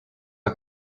are